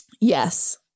Yes